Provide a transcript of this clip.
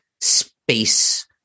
space